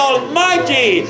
Almighty